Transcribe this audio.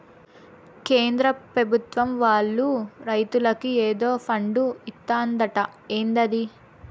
కేంద్ర పెభుత్వం వాళ్ళు రైతులకి ఏదో ఫండు ఇత్తందట ఏందది